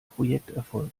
projekterfolg